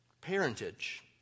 parentage